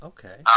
Okay